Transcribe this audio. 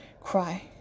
cry